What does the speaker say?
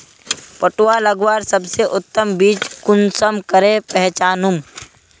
पटुआ लगवार सबसे उत्तम बीज कुंसम करे पहचानूम?